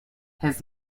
his